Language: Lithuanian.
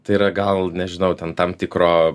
tai yra gal nežinau ten tam tikro